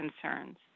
concerns